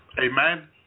amen